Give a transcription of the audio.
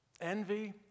Envy